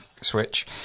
switch